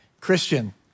Christian